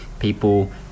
people